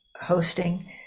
hosting